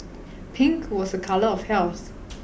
pink was a colour of health